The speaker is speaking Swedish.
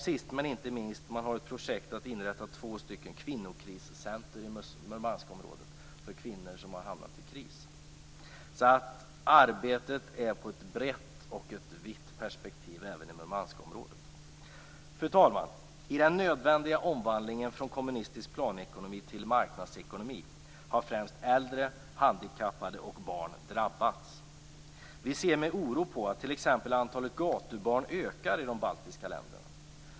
Sist men inte minst, man har ett projekt som går ut på att inrätta två stycken kvinnokriscentrum i Murmanskområdet för kvinnor som har hamnat i kris. Arbete bedrivs ur ett vitt och brett perspektiv även i Murmanskområdet. Fru talman! I den nödvändiga omvandlingen från kommunistisk planekonomi till marknadsekonomi har främst äldre, handikappade och barn drabbats. Vi ser med oro på att t.ex. antalet gatubarn ökar i de baltiska länderna.